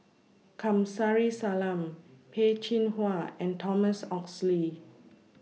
Kamsari Salam Peh Chin Hua and Thomas Oxley